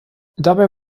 dabei